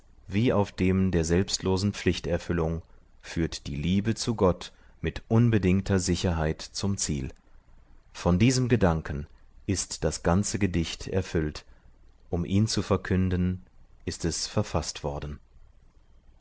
wie auf dem der selbstlosen pflichterfüllung führt die liebe zu gott mit unbedingter sicherheit zum ziel von diesem gedanken ist das ganze gedicht erfüllt um ihn zu verkünden ist es verfaßt worden